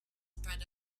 spread